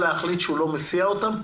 הפרמדיק שלך יודע להחליט שהוא לא מסיע אותם?